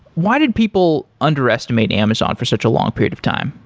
why did people underestimate amazon for such a long period of time?